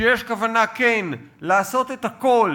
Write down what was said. שיש כוונה כן לעשות את הכול